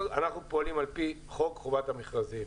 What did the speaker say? אנחנו פועלים על-פי חוק חובת המכרזים,